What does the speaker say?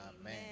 Amen